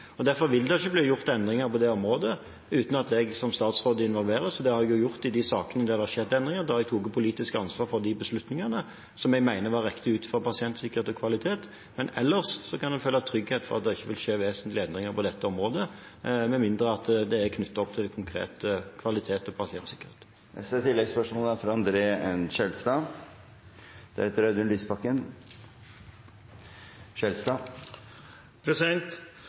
Derfor vil det ikke bli gjort endringer på dette området uten at jeg som statsråd involveres, og det har blitt gjort i de sakene der det har skjedd endringer, der jeg har tatt politisk ansvar for de beslutningene som jeg mener er riktige ut fra pasientsikkerhet og kvalitet. Men ellers kan en føle trygghet for at det ikke vil skje vesentlige endringer på dette området med mindre det er knyttet konkret opp til kvalitet og pasientsikkerhet.